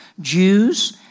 Jews